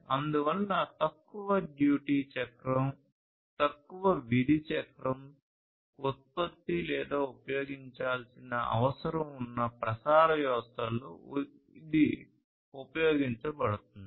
అందువల్ల తక్కువ డ్యూటీ చక్రం ఉత్పత్తి లేదా ఉపయోగించాల్సిన అవసరం ఉన్న ప్రసార వ్యవస్థలలో ఇది ఉపయోగించబడుతుంది